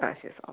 ആ ശരി സാർ ഒക്കെ